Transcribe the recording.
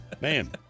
Man